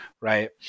right